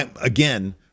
again